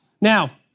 Now